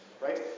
Right